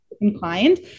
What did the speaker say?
inclined